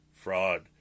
fraud